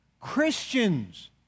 Christians